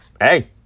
hey